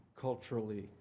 culturally